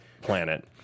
planet